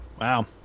Wow